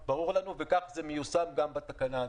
ומה קרה בתחילת הקורונה?